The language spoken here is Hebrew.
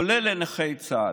כולל לנכי צה"ל.